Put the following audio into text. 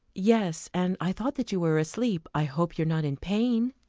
yes and i thought that you were asleep. i hope you are not in pain.